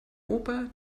opa